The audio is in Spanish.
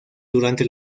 durante